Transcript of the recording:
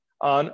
on